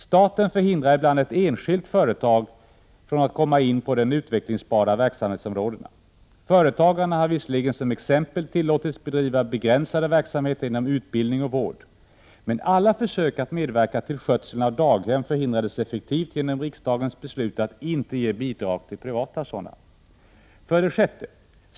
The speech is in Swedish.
Staten förhindrar ibland att enskilda företag får komma in på för dem utvecklingsbara verksamhetsområden. Företagarna har visserligen som exempel tillåtits bedriva begränsade verksamheter inom utbildning och vård. Men alla försök att medverka till skötseln av daghem förhindrades effektivt genom riksdagens beslut att inte ge bidrag till privata sådana. 6.